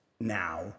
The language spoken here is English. now